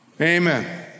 Amen